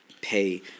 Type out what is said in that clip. pay